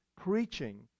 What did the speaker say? preaching